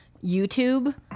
YouTube